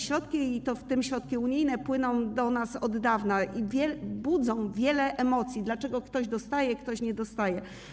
Środki, w tym środki unijne, płyną do nas od dawna i budzą wiele emocji: dlaczego ktoś dostaje, a ktoś nie dostaje.